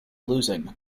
losing